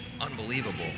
unbelievable